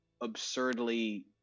absurdly